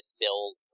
build